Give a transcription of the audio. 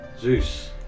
Zeus